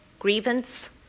Grievance